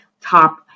top